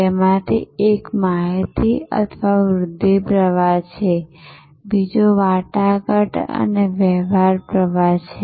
તેમાંથી એક માહિતી અથવા વૃધ્ધિ પ્રવાહ છે બીજો વાટાઘાટ અને વ્યવહાર પ્રવાહ છે